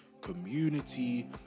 community